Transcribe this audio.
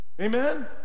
Amen